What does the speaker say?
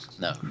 no